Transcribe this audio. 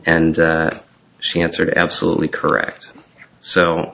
and she answered absolutely correct so